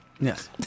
yes